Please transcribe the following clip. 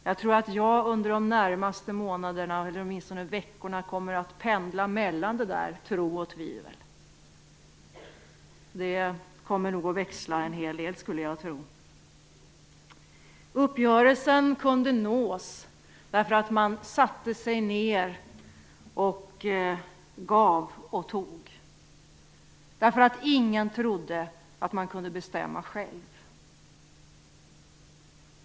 Jag tror att jag under de närmaste veckorna kommer att pendla mellan tro och tvivel. Det kommer nog att växla en hel del, skulle jag tro. Uppgörelsen kunde nås därför att man satte sig ned och gav och tog och därför att ingen trodde att man kunde bestämma själv.